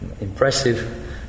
impressive